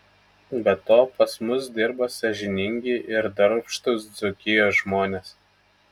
be to pas mus dirba sąžiningi ir darbštūs dzūkijos žmonės